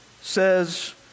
says